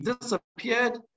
disappeared